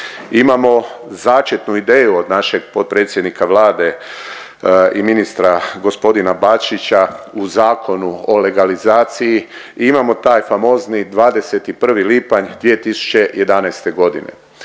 Imamo začetnu ideju od našeg potpredsjednika Vlade i ministra gospodina Bačića u Zakonu o legalizaciji i imamo taj famozni 21. lipanj 2011. godine.